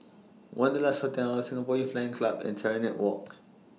Wanderlust Hotel Singapore Youth Flying Club and Serenade Walk